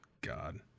God